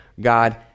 God